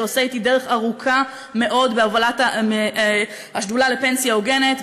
שעושה אתי דרך ארוכה מאוד בהובלת השדולה לפנסיה הוגנת,